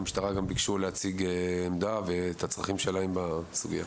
המשטרה גם ביקשה להציג עמדה ואת הצרכים שלהם בסוגיה.